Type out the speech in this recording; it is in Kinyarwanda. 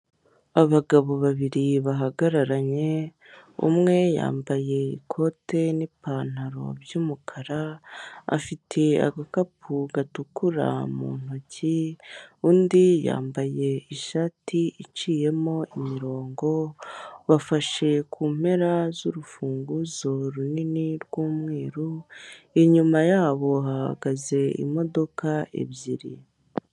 Abagabo babiri bahagararanye umwe yambaye ikote n'ipantolo by'umukara afite agakapu gatukura mu ntoki, undi yambaye ishati iciyemo imirongo bafashe ku mpera z'urufunguzo runini rw'umweru inyuma yabo hahagaze imodoka ebyiri.